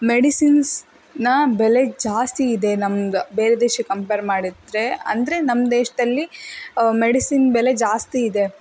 ಮೆಡಿಸಿನ್ಸ್ನ ಬೆಲೆ ಜಾಸ್ತಿ ಇದೆ ನಮ್ದು ಬೇರೆ ದೇಶಕ್ಕೆ ಕಂಪೇರ್ ಮಾಡಿದರೆ ಅಂದರೆ ನಮ್ಮ ದೇಶದಲ್ಲಿ ಮೆಡಿಸಿನ್ ಬೆಲೆ ಜಾಸ್ತಿ ಇದೆ